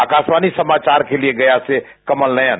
आकाशवाणी समाचार के लिए गया से कमल नयन